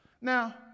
Now